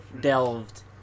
delved